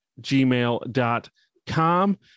gmail.com